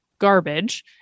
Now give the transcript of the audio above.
Garbage